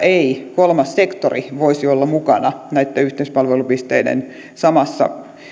ei kolmas sektori voisi olla mukana näitten yhteispalvelupisteiden samassa